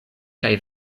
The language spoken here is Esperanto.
kaj